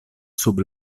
sub